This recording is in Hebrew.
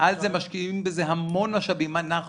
משקיעים בזה המון משאבים אנחנו,